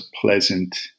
pleasant